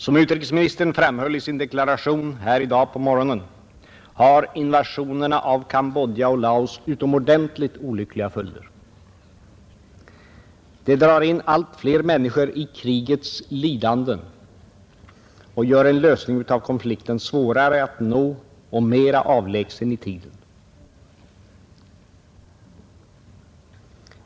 Som utrikesministern framhöll i sin deklaration i dag på morgonen har invasionerna av Cambodja och Laos fått utomordentligt olyckliga följder. De drar in allt fler människor i krigets lidanden och gör en lösning av konflikten svårare att nå och mera avlägsen i tiden.